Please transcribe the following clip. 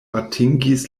atingis